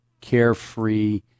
Carefree